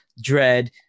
dread